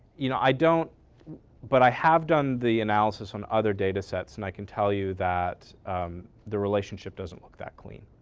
you know, i don't but i have done the analysis on other data sets and i can tell you that the relationship doesn't look that clean.